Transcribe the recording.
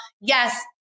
yes